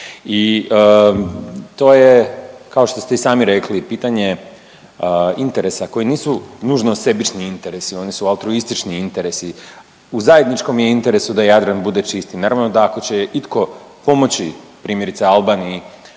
I to je kao što ste i sami rekli pitanje interesa koji nisu nužno sebični interesi. Oni su altruistični interesi. U zajedničkom je interesu da Jadran bude čist. I naravno da ako će itko pomoći primjerice Albaniji